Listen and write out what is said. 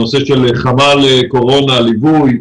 נושא של חמ"ל קורונה וליווי.